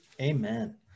Amen